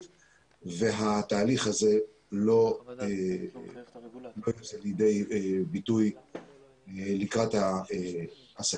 והתהליך הזה לא בא לידי ביטוי לקראת העסקים.